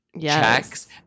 checks